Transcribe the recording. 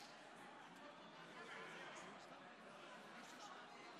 לפני שאנחנו נעבור להמלצות הוועדה